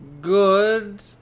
good